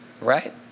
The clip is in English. right